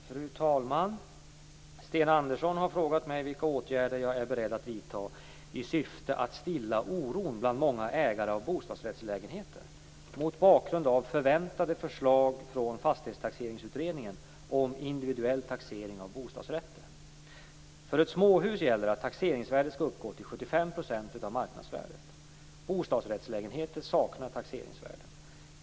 Fru talman! Sten Andersson har frågat mig vilka åtgärder jag är beredd att vidta i syfte att stilla oron bland många ägare av bostadsrättslägenheter mot bakgrund av förväntade förslag från Fastighetstaxeringsutredningen om individuell taxering av bostadsrätter. För ett småhus gäller att taxeringsvärdet skall uppgå till 75 % av marknadsvärdet. Bostadsrättslägenheter saknar taxeringsvärden.